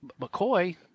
McCoy